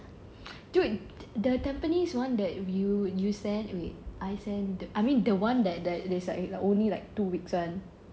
dude the the tampines one that you you send wait I send the I mean the one that that they send you lah only like two weeks [one]